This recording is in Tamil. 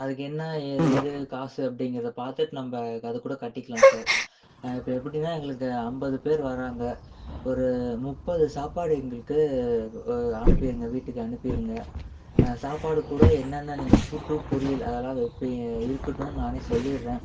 அதுக்கு என்ன ஏது காசு அப்படிங்குறத பார்த்துட்டு நம்ப அதைக்கூட கட்டிக்கலாம் சார் இப்போ எப்படின்னா எங்களுக்கு ஐம்பது பேர் வராங்க ஒரு முப்பது சாப்பாடு எங்களுக்கு அனுப்பிடுங்க வீட்டுக்கு அனுப்பிடுங்க சாப்பாடுக்கூட என்னென்ன நீங்கள் கூட்டு பொரியல் அதெலாம் வைப்பி இருக்கட்டும்னு நானே சொல்லிடறேன்